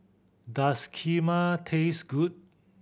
does Kheema taste good